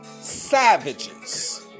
savages